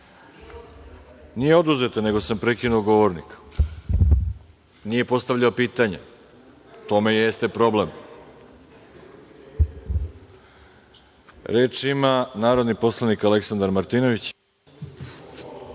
Nije oduzeta nego sam prekinuo govornika. Nije postavljao pitanje. U tome je problem. Reč ima narodni poslanik Aleksandar Martinović.